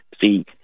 see